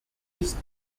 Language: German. ist